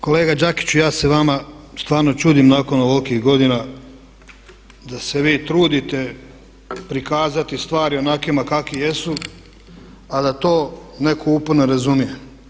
Kolega Đakiću, ja se vama stvarno čudim nakon ovolikih godina da se vi trudite prikazati stvari onakvima kakvi jesu a da to neko uporno razumije.